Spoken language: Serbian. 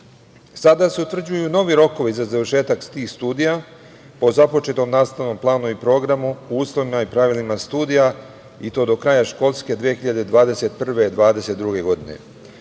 se utvrđuju novi rokovi za završetak tih studija po započetom nastavnom planu i programu, po uslovima i pravilima studija i to do kraja školske 2021./22. godine.